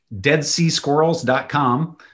deadseasquirrels.com